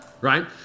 right